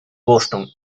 boston